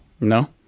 no